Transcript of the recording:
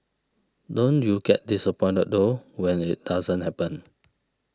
don't you get disappointed though when it doesn't happen